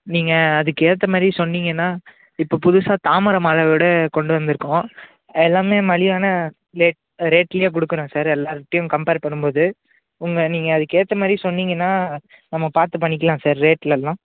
நீங்கள் அதுக்கேற்ற மாதிரி சொன்னீங்கன்னா இப்போ புதுசாக தாமரை மாலை விட கொண்டு வந்துருக்கோம் எல்லாமே மலிவான ரேட் ரேட்லேயே கொடுக்குறோம் சார் எல்லோருட்டையும் கம்பேர் பண்ணும் போது உங்கள் நீங்கள் அதுக்கு ஏற்ற மாதிரி சொன்னீங்கன்னா நம்ம பார்த்து பண்ணிக்கலாம் சார் ரேட்லெலாம்